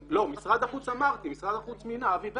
משרד החוץ מינה, אבי וובר,